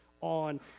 on